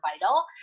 vital